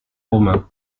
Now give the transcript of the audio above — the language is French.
romain